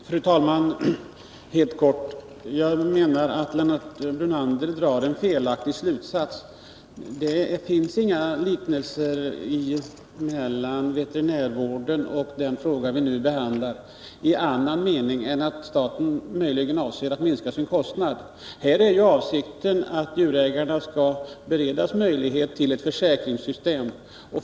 Fru talman! Helt kort vill jag säga att Lennart Brunander drar en felaktig slutsats. Det finns inga likheter mellan veterinärvården och den fråga vi nu behandlar, i annan mening än att staten möjligen avser att minska sin kostnad. Här är ju avsikten att djurägarna skall beredas möjlighet till ett försäkringssystem.